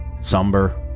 somber